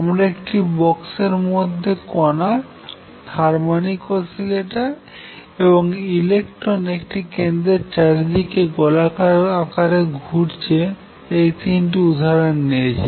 আমরা একটি বক্স এর মধ্যে কনা হারমনিক অসিলেটর এবং ইলেকট্রন একটি কেন্দ্রের চারদিকে গোলাকার আকারে ঘুরছে এই তিনটি উদাহরণ নিয়েছি